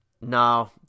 no